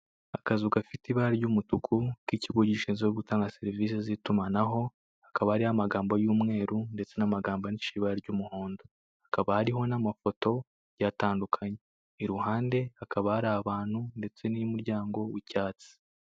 Akazu gafite ibara ry'umutuku k'ikigo gishinzwe gutanga serivise z'itumanaho hakaba hariho amagambo y'umweru ndetse n'amagambo yandikishije ibara ry'umuhondo, hakaba hariho n'amafoto agiye atandukanye, iruhande hakaba hari abantu ndetse n'umuryango w'icyatsi.